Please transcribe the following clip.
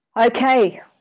okay